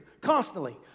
constantly